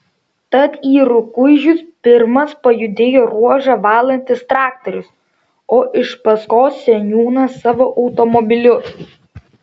tad į rukuižius pirmas pajudėjo ruožą valantis traktorius o iš paskos seniūnas savo automobiliu